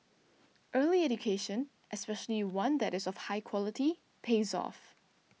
early education especially one that is of high quality pays off